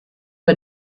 bei